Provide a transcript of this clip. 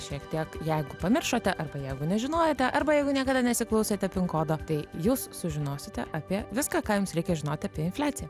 šiek tiek jei pamiršote arba jeigu nežinojote arba jeigu niekada nesiklausėte kodo tai jūs sužinosite apie viską ką jums reikia žinoti apie infliaciją